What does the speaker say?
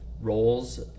roles